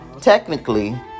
Technically